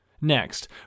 next